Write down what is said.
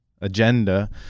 agenda